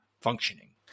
functioning